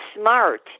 smart